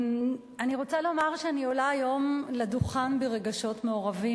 אני רוצה לומר שאני עולה היום לדוכן ברגשות מעורבים.